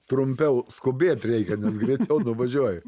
trumpiau skubėt reikia nes greit jau nuvažiuoji